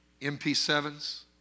MP7s